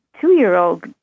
two-year-old